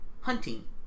Hunting